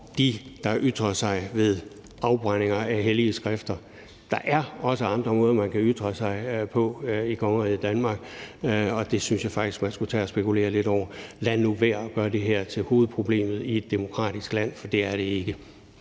dem, der ytrer sig ved afbrændinger af hellige skrifter. Der er også andre måder, man kan ytre sig på i kongeriget Danmark, og det synes jeg faktisk man skulle til at spekulere lidt over. Lad nu være at gøre det her til hovedproblemet i et demokratisk land, for det er det ikke.